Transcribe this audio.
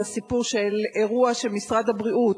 סיפור אירוע של משרד הבריאות.